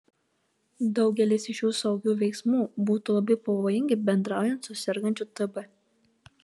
daugelis iš šių saugių veiksmų būtų labai pavojingi bendraujant su sergančiu tb